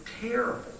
terrible